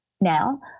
Now